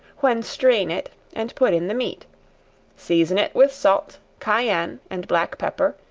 when strain it, and put in the meat season it with salt, cayenne and black pepper,